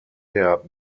der